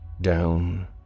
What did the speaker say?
Down